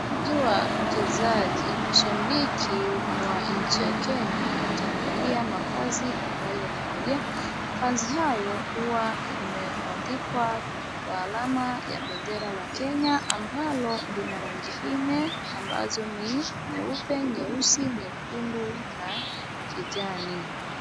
Kuji wa mchezaji mashabiki ni wa nchi ya Kenya utaangalia mavazi ambayo wamevalia. Mavazi hayo huwa yamebandikwa alama ya bendera la Kenya ambalo lina rangi nne ambazo ni nyeupe, nyeusi, nyekundu na kijani.